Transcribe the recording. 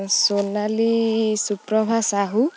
Sonali Suprabha Sahu